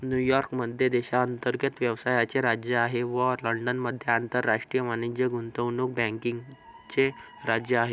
New York मध्ये देशांतर्गत व्यवसायाचे राज्य आहे व लंडनमध्ये आंतरराष्ट्रीय वाणिज्य गुंतवणूक बँकिंगचे राज्य आहे